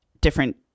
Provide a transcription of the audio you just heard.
different